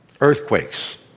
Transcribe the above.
earthquakes